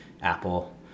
Apple